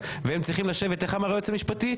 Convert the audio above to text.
איך אמר היועץ המשפטי?